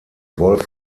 wolf